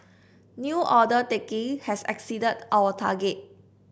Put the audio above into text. new order taking has exceeded our target